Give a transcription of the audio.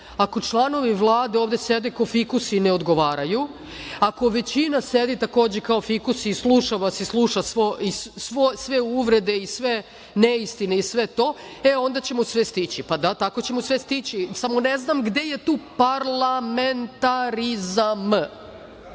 ako članovi Vlade ovde sede kao fikusi i ne odgovaraju, ako većina sedi, takođe, kao fikus i sluša vas i sluša sve uvrede i sve neistine i sve to, e onda ćemo sve stići. Tako ćemo sve stići. Samo ne znam gde je tu parlamentarizam.